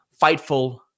Fightful